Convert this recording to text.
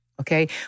Okay